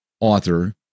author